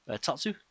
Tatsu